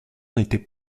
n’était